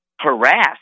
harass